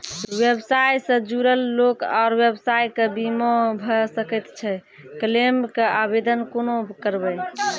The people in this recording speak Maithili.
व्यवसाय सॅ जुड़ल लोक आर व्यवसायक बीमा भऽ सकैत छै? क्लेमक आवेदन कुना करवै?